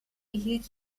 behielt